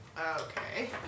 Okay